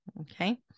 Okay